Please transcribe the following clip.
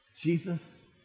Jesus